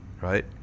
right